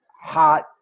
hot